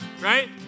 right